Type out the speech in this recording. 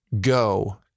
go